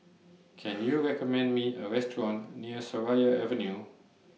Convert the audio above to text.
Can YOU recommend Me A Restaurant near Seraya Avenue